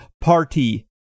party